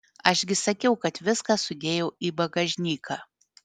aš gi sakiau kad viską sudėjau į bagažniką